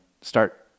start